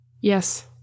Yes